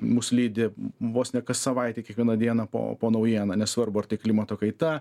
mus lydi vos ne kas savaitę kiekvieną dieną po po naujieną nesvarbu ar tai klimato kaita